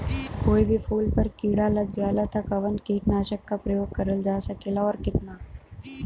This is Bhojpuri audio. कोई भी फूल पर कीड़ा लग जाला त कवन कीटनाशक क प्रयोग करल जा सकेला और कितना?